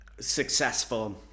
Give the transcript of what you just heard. successful